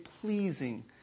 pleasing